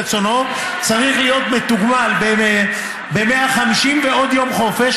צריך להיות מתוגמל ב-150% ועוד יום חופש,